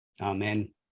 amen